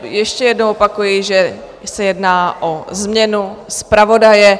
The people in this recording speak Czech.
Ještě jednou opakuji, že se jedná o změnu zpravodaje.